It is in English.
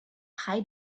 height